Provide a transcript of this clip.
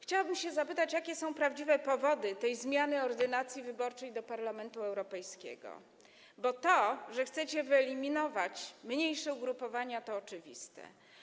Chciałabym zapytać, jakie są prawdziwe powody tej zmiany ordynacji wyborczej do Parlamentu Europejskiego, bo to, że chcecie wyeliminować mniejsze ugrupowania, jest oczywiste.